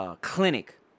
clinic